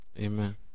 Amen